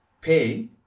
pay